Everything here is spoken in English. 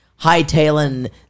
hightailing